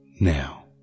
Now